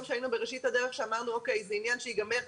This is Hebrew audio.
בו היינו בראשית הדרך אז אמרנו שזה עניין שייגמר,